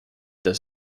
does